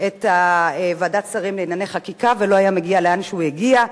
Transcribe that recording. את ועדת השרים לענייני חקיקה ולא היה מגיע לאן שהוא הגיע,